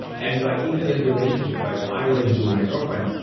and like even in relationships, like my relationship with my girlfriend,